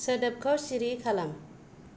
सोदोबखौ सिरि खालाम